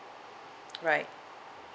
right